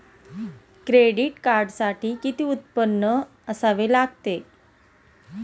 Credit कार्डसाठी किती उत्पन्न असावे लागते?